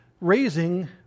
raising